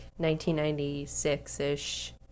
1996-ish